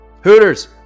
Hooters